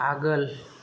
आगोल